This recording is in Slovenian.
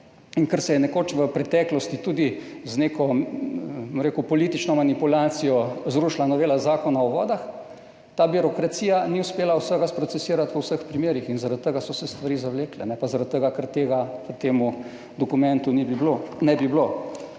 in ker se je nekoč v preteklosti tudi z neko, bom rekel, politično manipulacijo zrušila novela Zakona o vodah, ta birokracija ni uspela vsega sprocesirati v vseh primerih in zaradi tega so se stvari zavlekle, ne pa zaradi tega, ker tega pri tem dokumentu ne bi bilo.